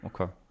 Okay